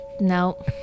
No